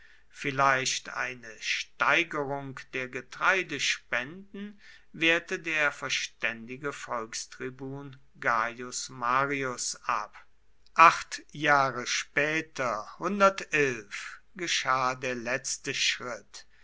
vielleicht eine steigerung der getreidespenden wehrte der verständige volkstribun gaius marius ab acht jahre später geschah der letzte schritt